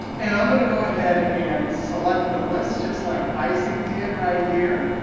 and i'm going to go ahead and select the list just like isaac did right here,